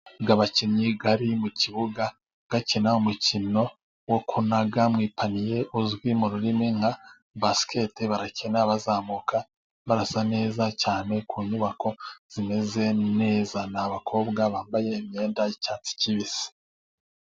Abakinnyi bari mu kibuga bakina umukino wo kunaga mu ipaniye, uzwi mu rurimi nka basiketi bakina bazamuka basa neza cyane, ku nyubako zimeze neza ni abakobwa bambaye imyenda y'icyatsi kibisi.